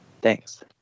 thanks